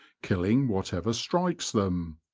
killing whatever strikes them.